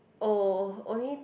oh only